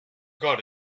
got